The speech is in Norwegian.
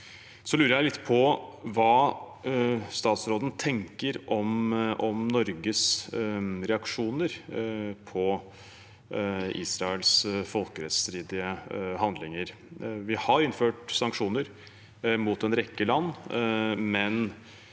jeg litt på hva utenriksministeren tenker om Norges reaksjoner på Israels folkerettsstridige handlinger. Vi har innført sanksjoner mot en rekke land,